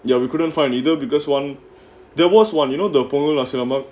you are we couldn't find either because one there was one you know the punggol nasi lemak